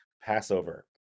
Passover